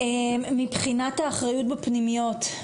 מבחינת האחריות בפנימיות?